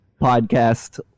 podcast